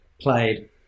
played